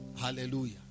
Hallelujah